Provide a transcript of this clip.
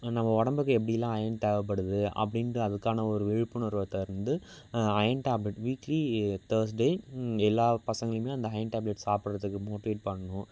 நம்ம உடம்புக்கு எப்படிலாம் ஐயன் தேவைப்படுது அப்படின்ற அதுக்கான ஒரு விழிப்புணர்வை தந்து ஐயன் டேப்லெட் வீக்லி தர்ஸ்டே எல்லா பாசங்களையுமே அந்த ஐயன் டேப்லெட் சாப்பிடுறதுக்கு மோட்டிவேட் பண்ணுவோம்